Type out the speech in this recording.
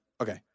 Okay